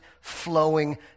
flowing